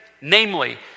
Namely